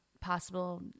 possible